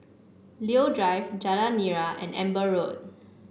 Leo Drive Jalan Nira and Amber Road